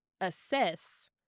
assess